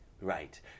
Right